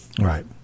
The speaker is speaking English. Right